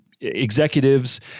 executives